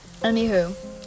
anywho